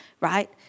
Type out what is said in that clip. right